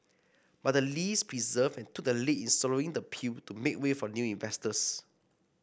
but the lees persevered and took the lead in swallowing the pill to make way for new investors